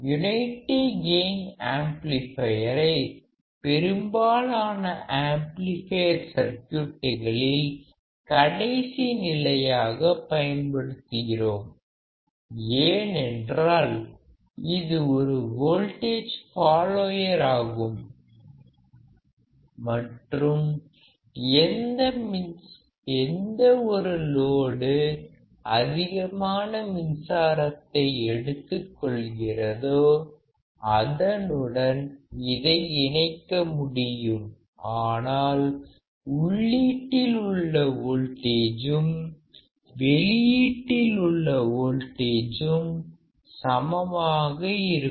unity gain ஆம்ப்ளிபையரை பெரும்பாலான amplifier சர்க்யூட்களில் கடைசி நிலையாக பயன்படுத்துகிறோம் ஏனென்றால் இது ஒரு வோல்டேஜ் ஃபாலோயர் ஆகும் மற்றும் எந்த ஒரு லோடு அதிகமான மின்சாரத்தை எடுத்துக் கொள்கிறதோ அதனுடன் இதை இணைக்க முடியும் ஆனால் உள்ளீட்டில் உள்ள வோல்டேஜும் வெளியீட்டில் உள்ள வோல்டேஜும் சமமாக இருக்கும்